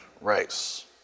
race